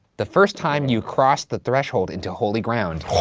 the first time you cross the threshold into holy ground,